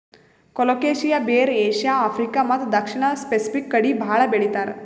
colocasia ಬೇರ್ Asia, Africa ಮತ್ತ್ ದಕ್ಷಿಣ್ ಸ್ಪೆಸಿಫಿಕ್ ಕಡಿ ಭಾಳ್ ಬೆಳಿತಾರ್